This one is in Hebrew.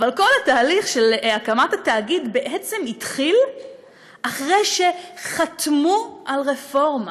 אבל כל התהליך של הקמת התאגיד בעצם התחיל אחרי שחתמו על רפורמה,